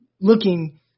looking